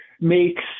makes